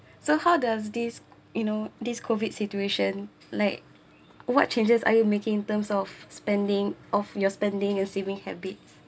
so how does this you know this COVID situation like what changes are you making in terms of spending of your spending and saving habits